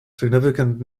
significant